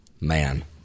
Man